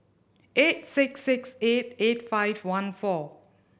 eight six six eight eight five one four